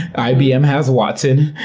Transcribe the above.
ibm has watson.